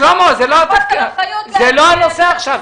שלמה, זה לא הנושא עכשיו.